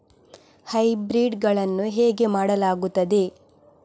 Hybrid ಗಳನ್ನು ಹೇಗೆ ಮಾಡಲಾಗುತ್ತದೆ?